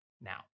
Now